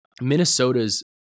Minnesota's